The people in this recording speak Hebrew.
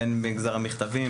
בין אם במגזר המכתבים,